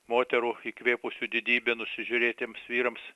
moterų įkvėpusių didybę nusižiūrėtiems vyrams